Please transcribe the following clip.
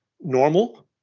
normal